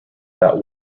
that